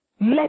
Let